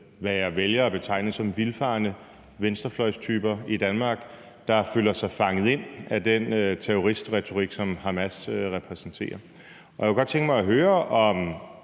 hvad jeg vælger at betegne som vildfarne venstrefløjstyper i Danmark, der føler sig fanget ind af den terroristretorik, som Hamas repræsenterer. Jeg kunne godt tænke mig at høre, om